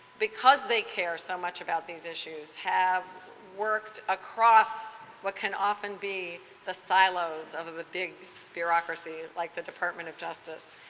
because they care so much about the issues, have worked across what can often be the silos of of the big bureaucracy like the department of justice.